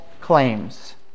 claims